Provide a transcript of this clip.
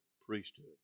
priesthood